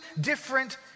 different